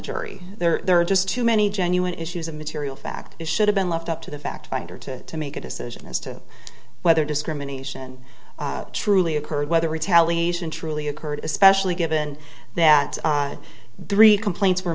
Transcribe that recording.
to the jury there are just too many genuine issues of material fact it should have been left up to the fact finder to make a decision as to whether discrimination truly occurred whether retaliation truly occurred especially given that had three complaints were